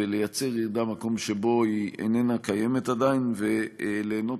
לייצר ירידה במקום שבו היא איננה קיימת עדיין וליהנות